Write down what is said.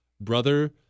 Brother